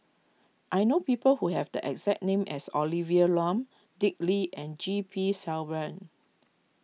I know people who have the exact name as Olivia Lum Dick Lee and G P Selvam